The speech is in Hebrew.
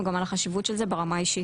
גם על החשיבות של זה ברמה האישית,